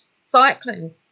Cycling